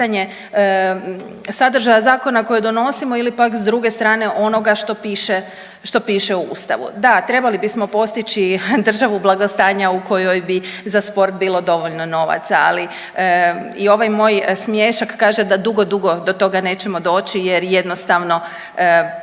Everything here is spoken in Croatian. pitanje sadržaja zakona koje donosimo ili pak s druge strane onoga što piše, što piše u Ustavu. Da, trebali bismo postići državu blagostanja u kojoj bi za sport bilo dovoljno novaca, ali i ovaj moj smiješak kaže da dugo, dugo do toga nećemo doći jer jednostavno